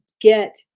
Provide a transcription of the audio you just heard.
get